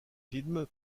film